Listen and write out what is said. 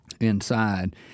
inside